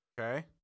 Okay